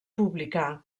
publicà